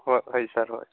হয় ছাৰ হয়